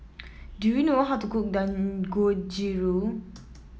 do you know how to cook Dangojiru